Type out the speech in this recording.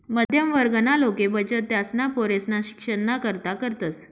मध्यम वर्गना लोके बचत त्यासना पोरेसना शिक्षणना करता करतस